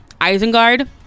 Isengard